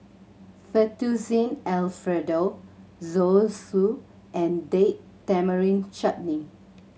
Fettuccine Alfredo Zosui and Date Tamarind Chutney